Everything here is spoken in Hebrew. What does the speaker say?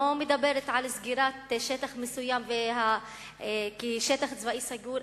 אני לא מדברת על סגירת שטח מסוים כשטח צבאי סגור,